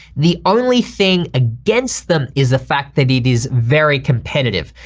the only thing against them is the fact that it is very competitive.